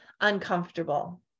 uncomfortable